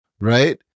Right